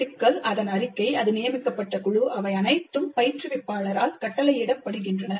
சிக்கல் அதன் அறிக்கை அது நியமிக்கப்பட்ட குழு அவை அனைத்தும் பயிற்றுவிப்பாளரால் கட்டளையிடப்படுகின்றன